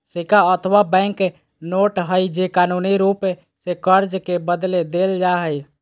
सिक्का अथवा bank note हइ जे कानूनी रूप से कर्ज के बदले देल जा हइ